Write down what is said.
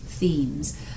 themes